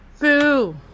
boo